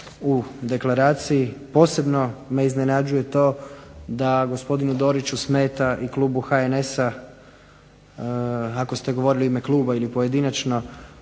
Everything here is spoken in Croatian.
u deklaraciji, posebno me iznenađuje to da gospodinu Doriću smeta i klubu HNS-a, ako ste govorili u ime kluba ili pojedinačno,